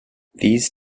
these